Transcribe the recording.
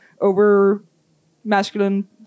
over-masculine